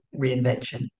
reinvention